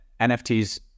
NFTs